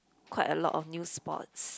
quite a lot of new sports